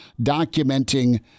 documenting